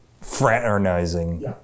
fraternizing